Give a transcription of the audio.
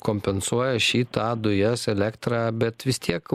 kompensuoja šį tą dujas elektrą bet vis tiek